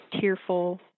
tearful